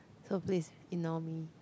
so please ignore me